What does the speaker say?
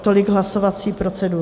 Tolik hlasovací procedura.